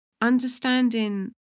understanding